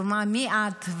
ומה, מי את?